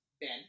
Ben